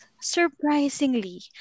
surprisingly